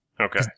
Okay